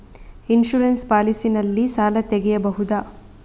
Insurance policy ನಲ್ಲಿ ಸಾಲ ತೆಗೆಯಬಹುದ?